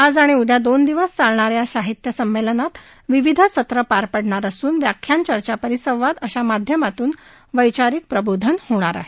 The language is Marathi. आज आणि उद्या दोन दिवस चालणाऱ्या या साहित्य संमेलनात विविध सत्रं पार पडणार असून व्याख्यान चर्चा परिसंवाद अशा विविध माध्यमातून वैचारिक प्रबोधन मंथन होणार आहे